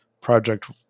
project